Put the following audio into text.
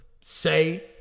say